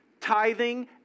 Tithing